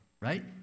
right